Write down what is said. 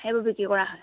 সেইবোৰ বিক্ৰি কৰা হয়